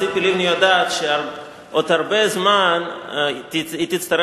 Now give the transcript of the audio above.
ציפי לבני יודעת שעוד הרבה זמן היא תצטרך